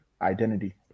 identity